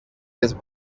his